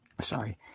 Sorry